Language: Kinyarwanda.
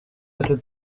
ati